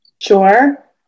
Sure